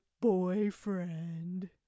boyfriend